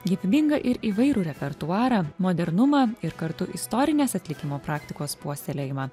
gyvybingą ir įvairų repertuarą modernumą ir kartu istorinės atlikimo praktikos puoselėjimą